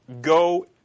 Go